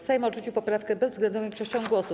Sejm odrzucił poprawkę bezwzględną większością głosów.